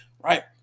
right